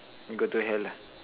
you go to hell lah